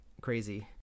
crazy